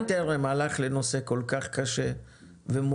עצם זה שארגון בטרם הלך לנושא כל כך קשה ומורכב